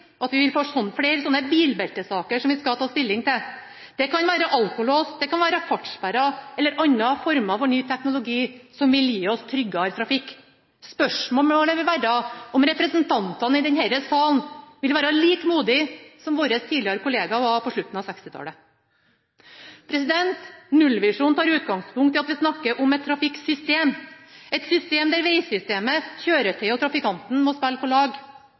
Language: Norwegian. at vi vil få flere sånne bilbeltesaker som vi skal ta stilling til. Det kan være alkolås, fartssperrer eller andre former for ny teknologi som vil gi oss tryggere trafikk. Spørsmålet er om representantene i denne salen vil være like modige som våre tidligere kolleger var på slutten av 1960-tallet. Nullvisjonen tar utgangspunkt i et trafikksystem der vegsystemet, kjøretøy og trafikanten må spille på lag,